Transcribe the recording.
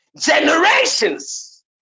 generations